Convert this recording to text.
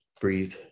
breathe